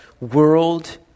world